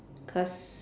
cause